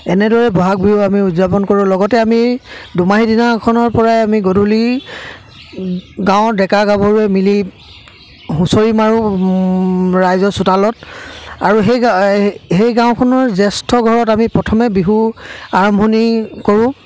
এনেদৰে ব'হাগ বিহু আমি উদযাপন কৰোঁ লগতে আমি দোমাহী দিনাখনৰ পৰাই আমি গধূলি গাঁৱৰ ডেকা গাভৰুৱে মিলি হুঁচৰি মাৰোঁ ৰাইজৰ চোতালত আৰু সেই গা সেই গাঁওখনৰ জ্যেষ্ঠ ঘৰত আমি প্ৰথমে বিহু আৰম্ভণি কৰোঁ